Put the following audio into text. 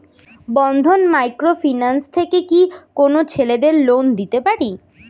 বন্ধন micro finance থেকে কি কোন ছেলেদের লোন দিতে পারে?